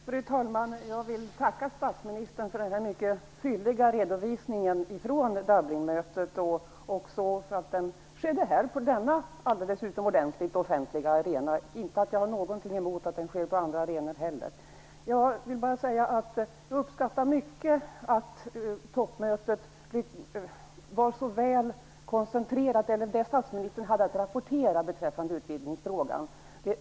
Fru talman! Jag vill tacka statsministern för den här mycket fylliga redovisningen från Dublinmötet. Jag vill också tacka för att den skedde här, på denna alldeles utomordentligt offentliga arena - inte för att jag har något emot att den sker på andra arenor också. Jag uppskattar mycket det som statsministern hade att rapportera beträffande utbildningsfrågan.